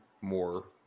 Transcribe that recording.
more